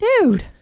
Dude